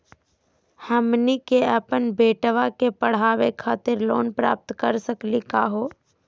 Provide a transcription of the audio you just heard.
हमनी के अपन बेटवा क पढावे खातिर लोन प्राप्त कर सकली का हो?